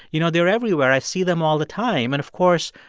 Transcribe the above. you know, they're everywhere. i see them all the time. and, of course,